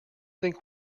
think